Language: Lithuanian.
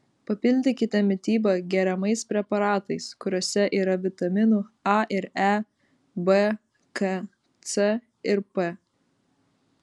papildykite mitybą geriamais preparatais kuriuose yra vitaminų a ir e b k c ir p